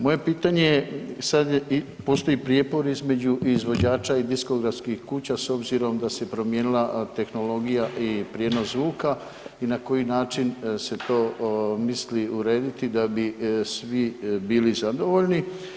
Moje pitanje je, sad i postoji prijepor između izvođača i diskografskih kuća s obzirom da se promijenila tehnologija i prijenos zvuka i na koji način se to misli urediti da bi svi bili zadovoljni?